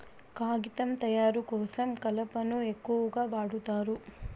కాగితం తయారు కోసం కలపను ఎక్కువగా వాడుతారు